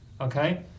Okay